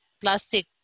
plastic